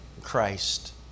Christ